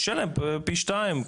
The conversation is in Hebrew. תשלם פי שתיים,